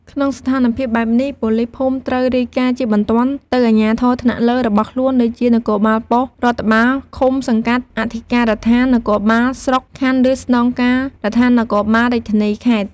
ក្នុងស្ថានភាពបែបនេះ ប៉ូលីសភូមិត្រូវ រាយការណ៍ជាបន្ទាន់ទៅអាជ្ញាធរថ្នាក់លើ របស់ខ្លួន ដូចជានគរបាលប៉ុស្តិ៍រដ្ឋបាលឃុំ-សង្កាត់ អធិការដ្ឋាននគរបាលស្រុក-ខណ្ឌ ឬស្នងការដ្ឋាននគរបាលរាជធានី-ខេត្ត។